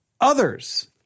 others